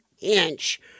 inch